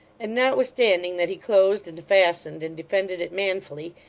and notwithstanding that he closed, and fastened, and defended it manfully,